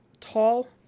tall